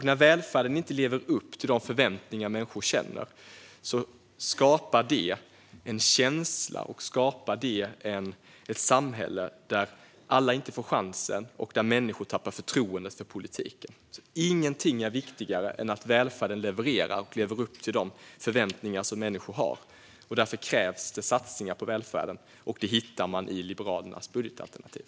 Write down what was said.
När välfärden inte lever upp till de förväntningar människor känner skapar det ett samhälle där alla inte får chansen och där människor tappar förtroendet för politiken. Ingenting är viktigare än att välfärden levererar och lever upp till de förväntningar som människor har. Därför krävs det satsningar på välfärden, och det hittar man i Liberalernas budgetalternativ.